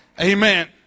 Amen